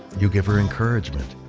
you give her encouragement.